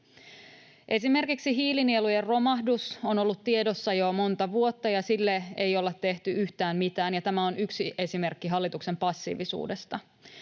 Esimerkiksi hiilinielujen romahdus on ollut tiedossa jo monta vuotta, ja sille ei olla tehty yhtään mitään. Tämä on yksi esimerkki hallituksen passiivisuudesta.